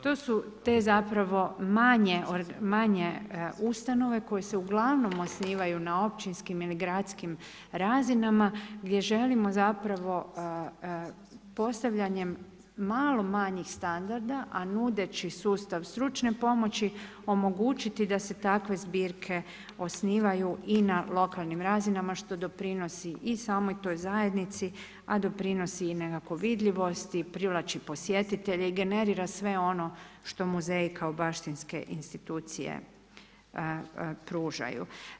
To su te manje ustanove koje se uglavnom osnivaju na općinskim ili gradskim razinama gdje želimo postavljanjem malo manjih standarda, a nudeći sustav stručne pomoći omogućiti da se takve zbirke osnivaju i na lokalnim razinama što doprinosi i samoj toj zajednici, a doprinosi nekako vidljivosti, privlači posjetitelje i generira sve ono što muzeji kao baštinske institucije pružaju.